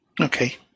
Okay